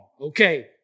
Okay